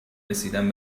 رسیدن